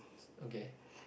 okay